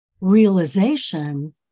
realization